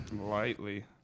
Lightly